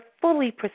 fully